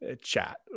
chat